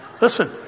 listen